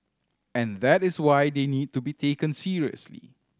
and that is why they need to be taken seriously